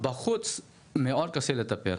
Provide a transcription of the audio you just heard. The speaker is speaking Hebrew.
בחוץ מאוד קשה לטפל.